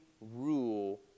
rule